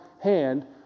hand